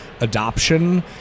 adoption